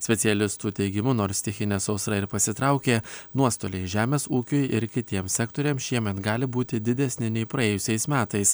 specialistų teigimu nors stichinė sausra ir pasitraukė nuostoliai žemės ūkiui ir kitiems sektoriams šiemet gali būti didesni nei praėjusiais metais